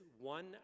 One